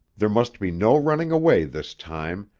there must be no running away this time,